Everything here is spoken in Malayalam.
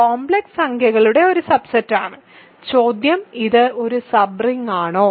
ആദ്യത്തേത് കോംപ്ലക്സ് സംഖ്യകളുടെ ഒരു സബ്സെറ്റാണ് ചോദ്യം ഇത് ഒരു സബ് റിങ്ങാണോ